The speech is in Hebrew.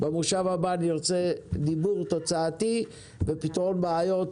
במושב הבא נרצה דיבור תוצאתי ופתרון בעיות.